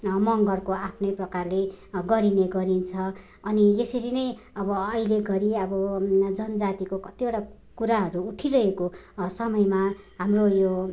मगरको आफ्नै प्रकारले गरिने गरिन्छ अनि यसरी नै अब अहिले घरी अब जनजातिको कतिवटा कुराहरू उठिरहेको समयमा हाम्रो यो